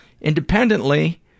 independently